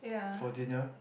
for dinner